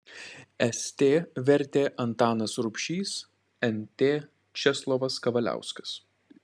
st vertė antanas rubšys nt česlovas kavaliauskas